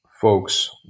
folks